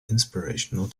inspirational